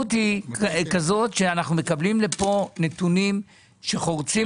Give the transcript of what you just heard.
המציאות היא כזאת שאנחנו מקבלים לפה נתונים שחורצים